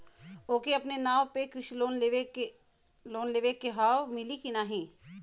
ओके अपने नाव पे कृषि लोन लेवे के हव मिली की ना ही?